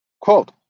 quote